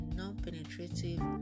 non-penetrative